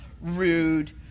Rude